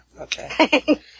Okay